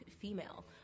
female